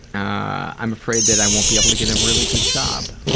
i'm afraid that i won't be able to get a really good job.